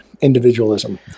individualism